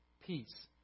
Peace